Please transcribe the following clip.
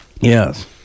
Yes